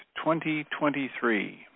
2023